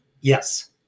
Yes